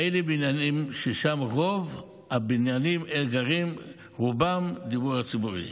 בבניינים שבהם רוב הדיירים גרים בדיור ציבורי,